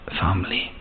family